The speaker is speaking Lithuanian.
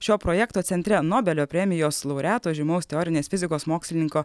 šio projekto centre nobelio premijos laureato žymaus teorinės fizikos mokslininko